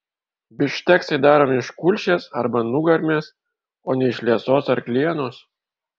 bifšteksai daromi iš kulšies arba nugarmės o ne iš liesos arklienos